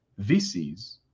VCs